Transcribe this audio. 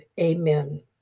Amen